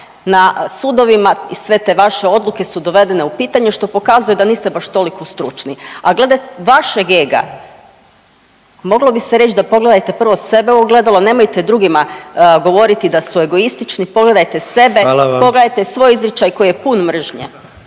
na sudovima i sve te vaše odluke su dovedene u pitanje, što pokazuje da niste baš toliko stručni. A glede vašeg ega moglo bi se reć da pogledajte prvo sebe u ogledalo, nemojte drugima govoriti da su egoistični, pogledajte sebe…/Upadica predsjednik: Hvala vam/…pogledajte svoj izričaj koji je pun mržnje.